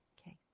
Okay